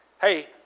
Hey